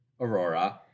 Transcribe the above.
Aurora